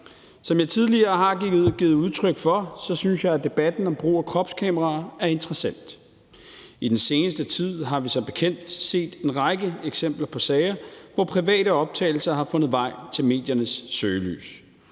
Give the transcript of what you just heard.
Som jeg tidligere har givet udtryk for, synes jeg, at debatten om brugen af kropskameraer er interessant. I den seneste tid har vi som bekendt set en række eksempler på sager, hvor private optagelser har fundet vej til mediernes søgelys.